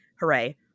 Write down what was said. hooray